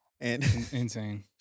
Insane